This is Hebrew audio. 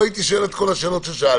לא הייתי שואל את כל השאלות ששאלתי